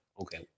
okay